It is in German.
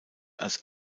als